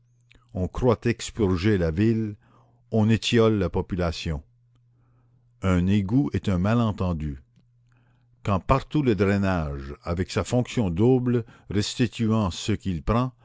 on croit expurger la ville on étiole la population un égout est un malentendu quand partout le drainage avec sa fonction double restituant ce qu'il prend